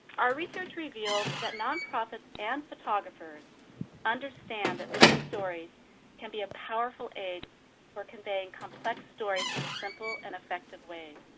our research revealed that nonprofits and photographers understand that visual stories can be a powerful aid for conveying complex stories in simple and effective ways.